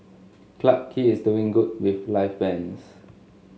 Clarke Quay is doing good with live bands